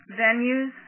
venues